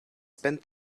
spent